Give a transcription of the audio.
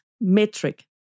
metric